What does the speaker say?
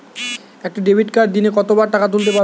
একটি ডেবিটকার্ড দিনে কতবার টাকা তুলতে পারব?